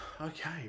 Okay